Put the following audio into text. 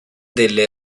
delle